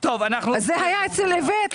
זה היה אצל איווט,